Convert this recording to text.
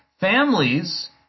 families